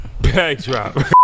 Backdrop